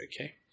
okay